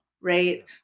right